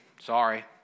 Sorry